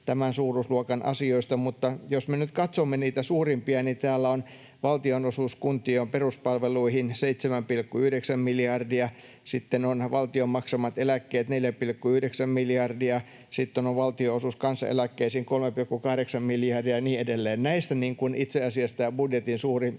tämän suuruusluokan asioista, mutta jos me nyt katsomme niitä suurimpia, niin täällä on valtionosuus kuntien peruspalveluihin 7,9 miljardia, sitten on valtion maksamat eläkkeet 4,9 miljardia, sitten on valtionosuus kansaneläkkeisiin 3,8 miljardia ja niin edelleen. Näistä itse asiassa tämä budjetin suuri